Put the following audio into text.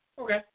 Okay